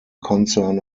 concern